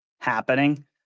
happening